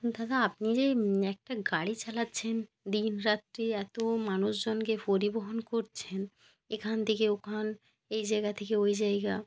দাদা আপনি যে একটা গাড়ি চালাচ্ছেন দিন রাত্রি এতো মানুষজনকে পরিবহন করছেন এখান থেকে ওখান এই জায়গা থেকে ওই জায়গা